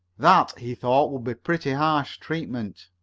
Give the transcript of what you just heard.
that, he thought, would be pretty harsh treatment.